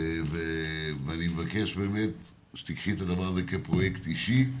ואני מבקש שתיקחי את הדבר הזה כפרויקט אישי.